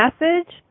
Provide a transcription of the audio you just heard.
message